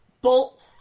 bolt